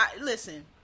listen